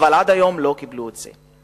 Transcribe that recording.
אבל עד היום הן לא קיבלו את זה.